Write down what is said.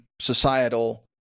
societal